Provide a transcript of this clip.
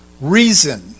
reason